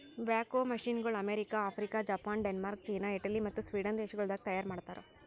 back ಹೋ ಮಷೀನಗೊಳ್ America, Africa, Japan, Denmark, China, Italy ಮತ್ತ ಸ್ವೀಡನ್ ದೇಶಗೊಳ್ದಾಗ್ ತೈಯಾರ್ ಮಾಡ್ತಾರ್